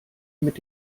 mit